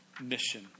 mission